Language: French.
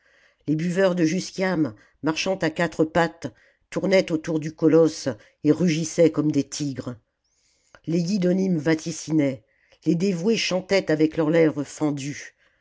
les buveurs de jusquiame marchant à quatre pattes tournaient autour du colosse et rugissaient comme des tigres les yidonim vaticinaient les dévoués chantaient avec leurs lèvres fendues